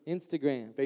Instagram